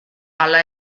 ala